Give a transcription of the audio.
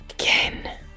Again